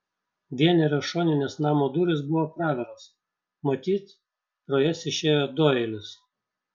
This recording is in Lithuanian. vienerios šoninės namo durys buvo praviros matyt pro jas išėjo doilis